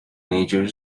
major